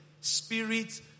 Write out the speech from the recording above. spirit